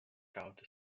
county